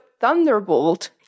Thunderbolt